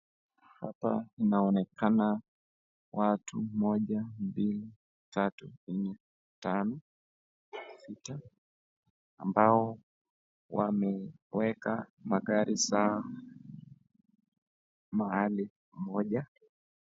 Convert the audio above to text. Hapa inaonekana watu moja, mbili, tatu, nne, tano, sita, ambao wameweka magari zao mahali moja.